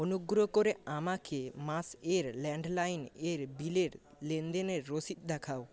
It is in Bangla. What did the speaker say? অনুগ্রহ করে আমাকে মাস এর ল্যান্ডলাইন এর বিলের লেনদেনের রসিদ দেখাও